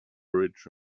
rich